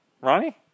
Ronnie